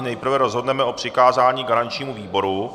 Nejprve rozhodneme o přikázání garančnímu výboru.